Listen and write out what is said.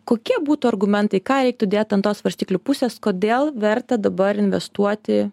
kokie būtų argumentai ką reiktų dėt ant tos svarstyklių pusės kodėl verta dabar investuoti